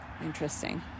interesting